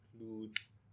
includes